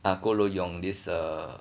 ah ku lou yok this uh